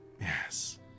Yes